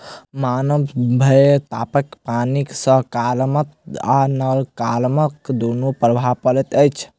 मानव सभ्यतापर पानिक साकारात्मक आ नाकारात्मक दुनू प्रभाव पड़ल अछि